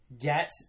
get